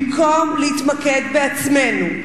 במקום להתמקד בעצמנו?